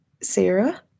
sarah